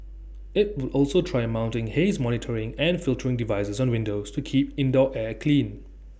IT will also try mounting haze monitoring and filtering devices on windows to keep indoor air clean